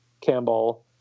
Campbell